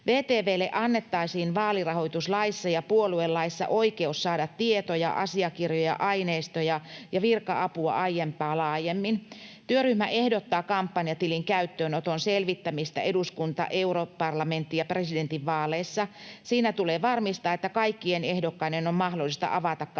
VTV:lle annettaisiin vaalirahoituslaissa ja puoluelaissa oikeus saada tietoja, asiakirjoja, aineistoja ja virka-apua aiempaa laajemmin. Työryhmä ehdottaa kampanjatilin käyttöönoton selvittämistä eduskunta-, europarlamentti- ja presidentinvaaleissa. Siinä tulee varmistaa, että kaikkien ehdokkaiden on mahdollista avata kampanjatili.